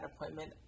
appointment